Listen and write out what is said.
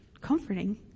comforting